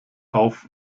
auf